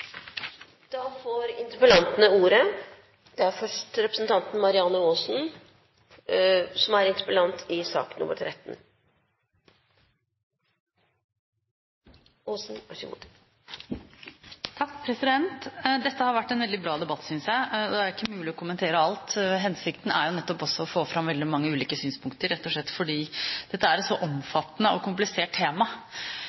Dette har vært en veldig bra debatt, synes jeg. Det er ikke mulig å kommentere alt. Hensikten er nettopp også å få fram veldig mange ulike synspunkter, rett og slett fordi dette er et så